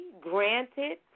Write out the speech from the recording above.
granted